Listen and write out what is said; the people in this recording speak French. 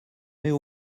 mets